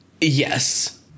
Yes